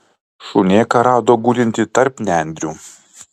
šunėką rado gulintį tarp nendrių